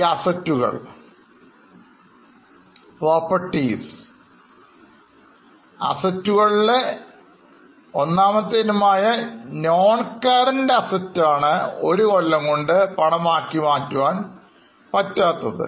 എന്നാൽ ന്കമ്പനിക്ക് വളരെ അധികം അത്യാവശ്യം ഉള്ളതാണ്